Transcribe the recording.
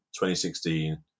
2016